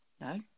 no